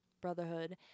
brotherhood